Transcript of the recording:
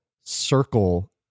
circle